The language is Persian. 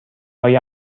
هایی